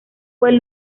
buen